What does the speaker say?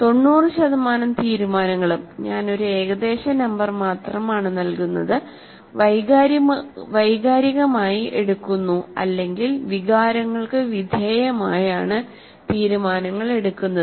90 ശതമാനം തീരുമാനങ്ങളും ഞാൻ ഒരു ഏകദേശ നമ്പർ മാത്രമാണ് നൽകുന്നത് വൈകാരികമായി എടുക്കുന്നു അല്ലെങ്കിൽ വികാരങ്ങൾക്കു വിധേയമായാണ് തീരുമാനങ്ങൾ എടുക്കുന്നത്